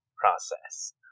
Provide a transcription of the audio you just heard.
process